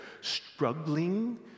struggling